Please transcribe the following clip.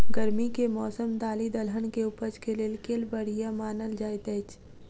गर्मी केँ मौसम दालि दलहन केँ उपज केँ लेल केल बढ़िया मानल जाइत अछि?